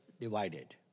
divided